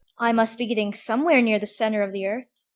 i must be getting somewhere near the centre of the earth.